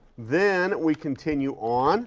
then we continue on